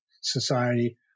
society